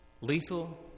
lethal